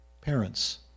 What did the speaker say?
parents